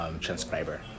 transcriber